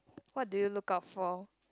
what do you look out for